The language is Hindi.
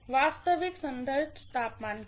वास्तविक संदर्भ तापमान के साथ